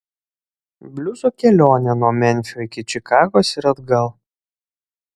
bliuzo kelionė nuo memfio iki čikagos ir atgal